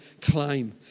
claim